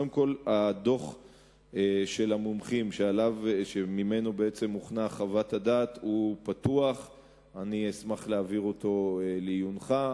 דוח המומחים שממנו הוכנה חוות הדעת פתוח ואני אשמח להעביר אותו לעיונך.